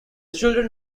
children